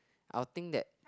I will think that